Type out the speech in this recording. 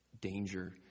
danger